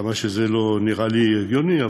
וכמה שזה לא נראה לי הגיוני,